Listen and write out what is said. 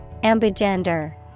Ambigender